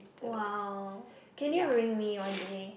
!wow! can you bring me one day